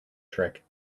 trick